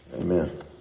Amen